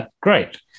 Great